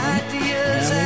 ideas